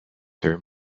her